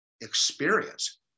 experience